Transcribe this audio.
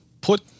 put